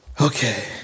Okay